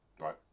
Right